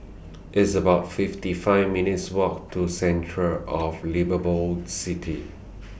It's about fifty five minutes' Walk to Centre of Liveable Cities